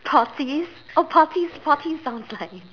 Poltese oh Poltese Poltese sounds nice